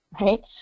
right